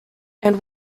and